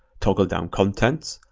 toggle down contents,